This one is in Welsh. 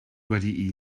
wedi